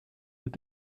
mit